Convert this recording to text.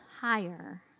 higher